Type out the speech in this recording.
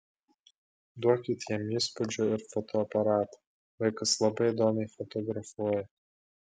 duokit jam įspūdžių ir fotoaparatą vaikas labai įdomiai fotografuoja